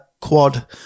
quad